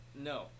No